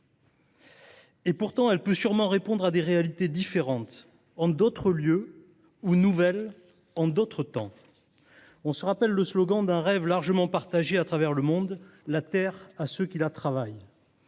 Pourtant, elle peut sûrement répondre à des réalités différentes, en d’autres lieux, ou nouvelles, en d’autres temps. On se rappelle le slogan d’un rêve largement partagé à travers le monde :« La terre à ceux qui la travaillent.